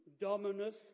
Dominus